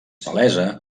palesa